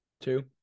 two